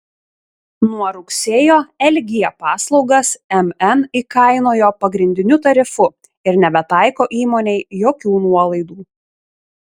nuo rugsėjo lg paslaugas mn įkainojo pagrindiniu tarifu ir nebetaiko įmonei jokių nuolaidų